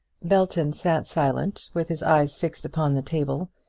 belton sat silent, with his eyes fixed upon the table,